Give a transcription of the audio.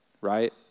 Right